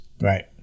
Right